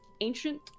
ancient